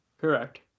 Correct